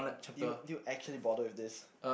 do you do you actually bother with this